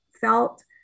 felt